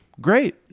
Great